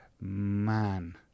man